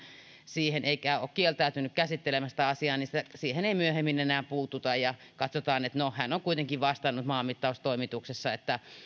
siihen eikä ole kieltäytynyt käsittelemästä asiaa niin siihen ei myöhemmin enää puututa ja katsotaan että no hän on kuitenkin vastannut maanmittaustoimituksessa ja